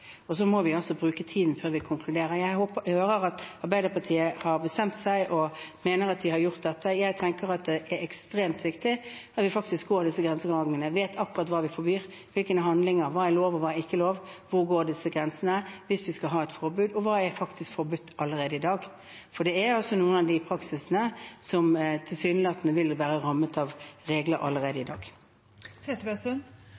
Så må vi bruke tid før vi konkluderer. Jeg hører at Arbeiderpartiet har bestemt seg og mener at de har gjort dette. Jeg tenker at det er ekstremt viktig at vi faktisk går disse grensegangene og vet akkurat hva og hvilke handlinger vi forbyr – hva er lov, hva er ikke lov, og hvor går disse grensene – hvis vi skal ha et forbud. Og hva er faktisk forbudt allerede i dag? For det er altså noen av de praksisene som tilsynelatende ville være rammet av regler allerede